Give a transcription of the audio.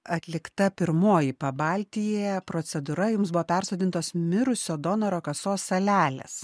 atlikta pirmoji pabaltyje procedūra jums buvo persodintos mirusio donoro kasos salelės